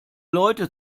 leute